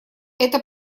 это